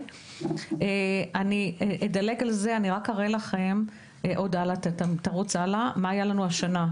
אני רוצה להראות לכם מה היה לנו השנה.